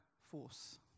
force